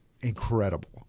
incredible